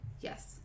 Yes